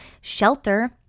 shelter